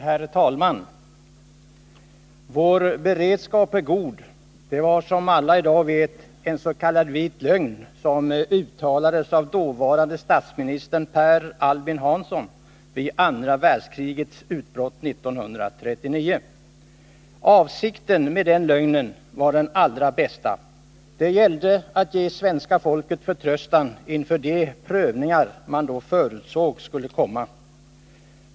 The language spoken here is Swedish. Herr talman! ”Vår beredskap är god” — det var, som alla i dag vet, ens.k. vit lögn som uttalades av dåvarande statsministern Per Albin Hansson vid andra världskrigets utbrott 1939. Avsikten med den lögnen var den allra bästa. Det gällde att ge svenska folket förtröstan inför de prövningar man då förutsåg skulle komma.